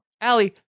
Allie